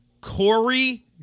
Corey